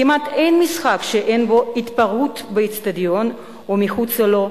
כמעט אין משחק שאין בו התפרעות באיצטדיון ומחוצה לו,